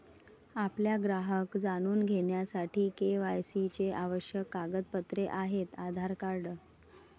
आपला ग्राहक जाणून घेण्यासाठी के.वाय.सी चे आवश्यक कागदपत्रे आहेत आधार कार्ड